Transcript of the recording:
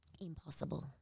Impossible